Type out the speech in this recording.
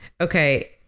okay